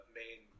main